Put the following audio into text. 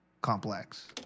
complex